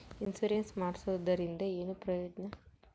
Insurance ಮಾಡ್ಸೋದರಿಂದ ಏನು ಪ್ರಯೋಜನ?